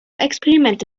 experimente